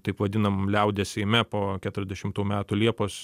taip vadinamam liaudies seime po keturiasdešimtų metų liepos